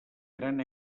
gran